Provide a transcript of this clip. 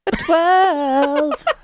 Twelve